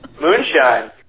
moonshine